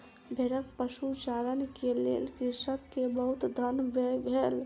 भेड़क पशुचारण के लेल कृषक के बहुत धन व्यय भेल